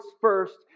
first